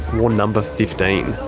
wore number fifteen.